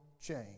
change